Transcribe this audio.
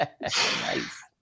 Nice